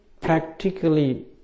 practically